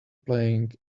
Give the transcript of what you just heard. playing